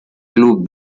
club